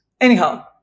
Anyhow